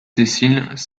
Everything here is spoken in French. sessiles